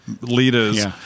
leaders